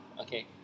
Okay